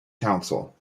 council